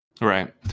right